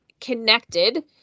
connected